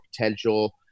potential